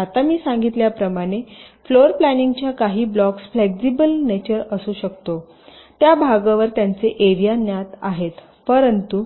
आता मी सांगितल्याप्रमाणे फ्लोर प्लॅनिंग च्या काही ब्लॉक फ्लेक्सिबल नेचर असू शकतो त्या भागावर त्यांचे एरिया ज्ञात आहे परंतु